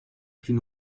plus